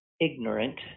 ignorant